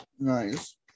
Nice